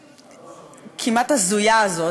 ובאמת הכמעט-הזויה הזאת,